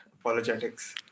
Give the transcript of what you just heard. apologetics